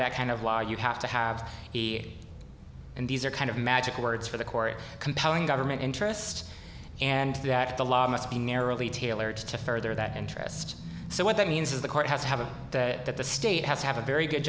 that kind of law you have to have and these are kind of magic words for the court compelling government interest and that the law must be narrowly tailored to further that interest so what that means is the court has to have a that the state has to have a very good